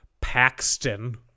paxton